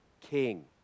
king